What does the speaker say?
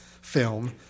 film